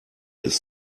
ist